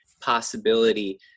possibility